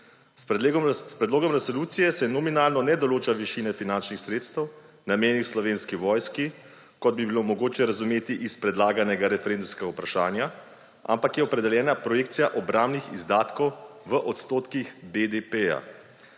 S predlogom resolucije se nominalno ne določa višine finančnih sredstev, namenjenih Slovenski vojski, kot bi bilo mogoče razumeti iz predlaganega referendumskega vprašanja, ampak je opredeljena projekcija obrambnih izdatkov v odstotkih BDP.